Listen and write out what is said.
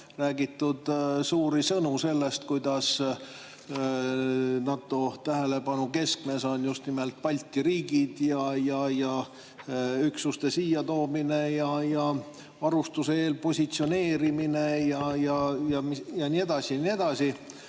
räägitud suuri sõnu sellest, kuidas NATO tähelepanu keskmes on just nimelt Balti riigid ja üksuste siia toomine, varustuse eelpositsioneerimine ja nii edasi.